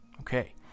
Okay